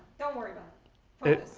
don't worry about it.